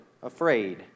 Afraid